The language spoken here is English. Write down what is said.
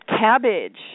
Cabbage